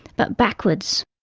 but backwards.